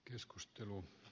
keskustelu